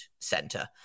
center